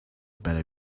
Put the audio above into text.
better